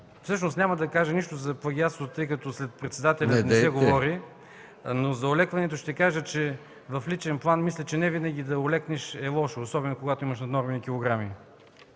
олекване, няма да кажа нищо за плагиатството, тъй като след председателя не се говори, но за олекването ще кажа, че в личен план не винаги да олекнеш е лошо, особено когато имаш наднормени килограми.